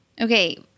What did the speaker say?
Okay